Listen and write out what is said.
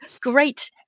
great